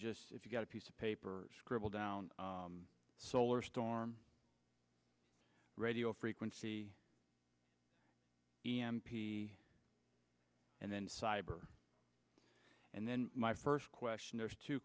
just if you've got a piece of paper scribble down solar storm radio frequency e m p and then cyber and then my first question there's two